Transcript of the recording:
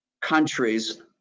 countries